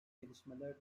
gelişmeler